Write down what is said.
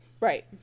Right